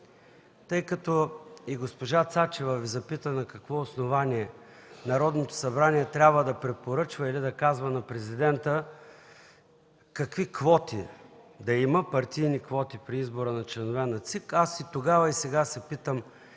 тъй като и госпожа Цачева Ви запита на какво основание Народното събрание трябва да препоръчва или да казва на президента какви партийни квоти да има при избора на членове на ЦИК, та и тогава, и сега се питам: